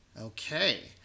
Okay